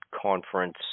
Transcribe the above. conference